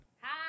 Hi